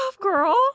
girl